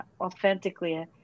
authentically